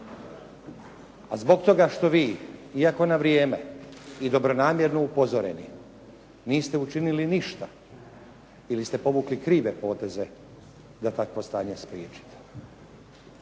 A zbog toga što vi iako na vrijeme i dobronamjerno upozoreni, niste učinili ništa ili ste povukli krive poteze da takvo stanje spriječite.